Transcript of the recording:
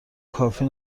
کافی